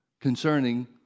concerning